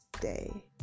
day